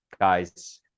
guys